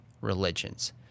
religions